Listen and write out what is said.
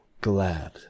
glad